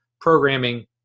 programming